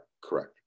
correct